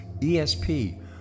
ESP